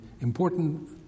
important